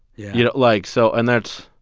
yeah you know? like so and that's.